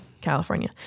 california